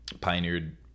pioneered